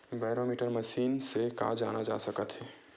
Barometer machine से का जाना जा सकत हे?